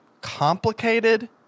complicated